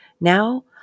Now